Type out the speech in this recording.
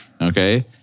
Okay